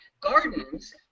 Gardens